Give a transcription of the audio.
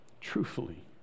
Truthfully